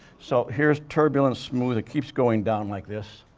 so, here's turbulence smooth it keeps going down like this.